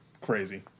crazy